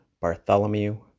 Bartholomew